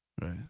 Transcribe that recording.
Right